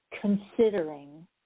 considering